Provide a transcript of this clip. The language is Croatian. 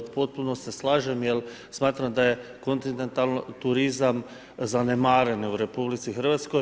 Potpuno se slažem jer smatram da je kontinentalni turizam zanemaren u RH.